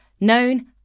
known